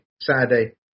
Saturday